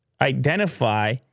identify